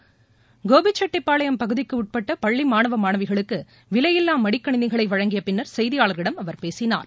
னோபிச்செட்டி பாளையம் பகுதிக்கு உட்பட்ட பள்ளி மாணவ மாணவிகளுக்கு விலையில்லா மடிக்கணினிகளை வழங்கிய பின்னர் செய்தியாளர்களிடம் அவர் பேசினார்